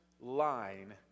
line